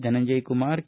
Dhananjay Kumar K